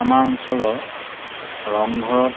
আমাৰ অঞ্চলৰ ৰংঘৰত